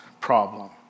problem